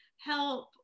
help